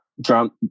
drum